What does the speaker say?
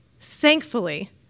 thankfully